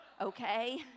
Okay